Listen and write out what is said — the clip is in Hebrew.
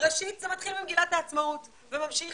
ראשית זה מתחיל במגילת העצמאות וממשיך